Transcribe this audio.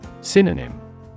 Synonym